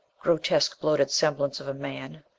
grotesque, bloated semblance of a man!